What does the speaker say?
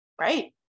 right